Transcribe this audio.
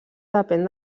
depèn